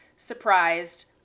surprised